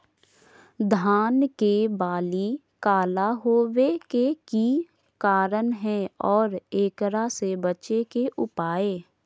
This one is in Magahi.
धान के बाली काला होवे के की कारण है और एकरा से बचे के उपाय?